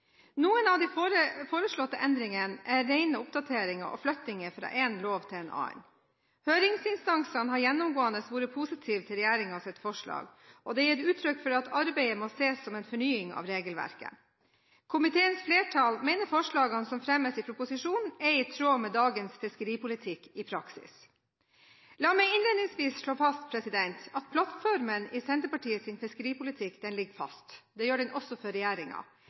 Noen av de foreslåtte endringene er rene oppdateringer og flyttinger fra en lov til en annen. Høringsinstansene har gjennomgående vært positive til regjeringens forslag, og det er gitt uttrykk for at arbeidet må ses på som en fornying av regelverket. Komiteens flertall mener at forslagene som fremmes i proposisjonen, er i tråd med dagens fiskeripolitikk i praksis. La meg innledningsvis slå fast at plattformen i Senterpartiets fiskeripolitikk ligger fast. Det gjør den også for